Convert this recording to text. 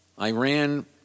Iran